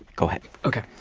go ahead. okay.